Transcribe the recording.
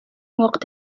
وقت